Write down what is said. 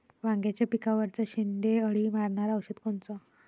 वांग्याच्या पिकावरचं शेंडे अळी मारनारं औषध कोनचं?